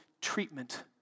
treatment